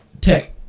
tech